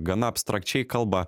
gana abstrakčiai kalba